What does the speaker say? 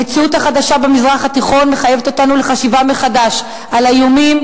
המציאות החדשה במזרח התיכון מחייבת אותנו לחשיבה מחדש על האיומים,